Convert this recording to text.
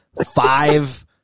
five